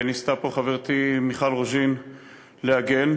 ניסתה פה חברתי מיכל רוזין להגן,